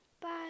bye